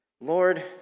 Lord